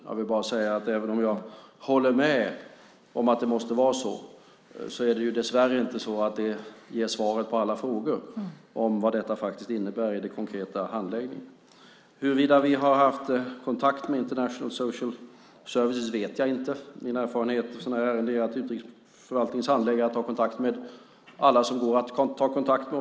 Jag vill bara säga att även om jag håller med om att det måste vara så är det dessvärre inte så att det ger svaret på alla frågor om vad detta innebär i den konkreta handläggningen. Huruvida vi har haft kontakt med International Social Service vet jag inte. Min erfarenhet av sådana här ärenden är att Utrikesförvaltningens handläggare tar kontakt med alla som det går att ta kontakt med.